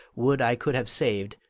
would i could have saved,